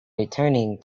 returning